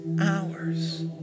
hours